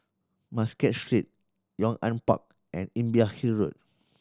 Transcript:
Muscat Street Yong An Park and Imbiah Hill Road